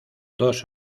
dos